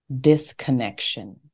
disconnection